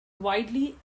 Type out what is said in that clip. widely